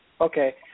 okay